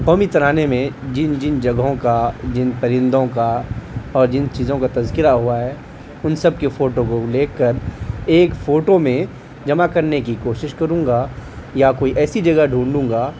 قومی ترانے میں جن جن جگہوں کا جن پرندوں کا اور جن چیزوں کا تذکرہ ہوا ہے ان سب کے فوٹو کو لے کر ایک فوٹو میں جمع کرنے کی کوشش کروں گا یا کوئی ایسی جگہ ڈھونڈوں گا